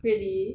really